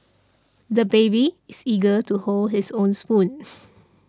the baby is eager to hold his own spoon